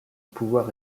pouvoir